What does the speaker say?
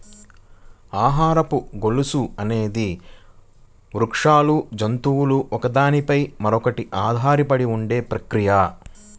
ఆహారపు గొలుసు అనేది వృక్షాలు, జంతువులు ఒకదాని పై మరొకటి ఆధారపడి ఉండే ప్రక్రియ